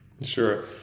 Sure